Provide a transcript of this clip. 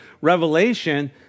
Revelation